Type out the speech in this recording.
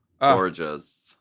Gorgeous